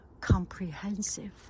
comprehensive